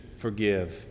Forgive